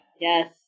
Yes